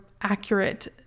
accurate